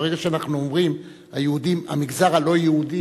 ברגע שאנחנו אומרים "המגזר הלא-יהודי",